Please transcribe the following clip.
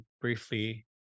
briefly